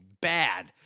bad